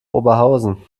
oberhausen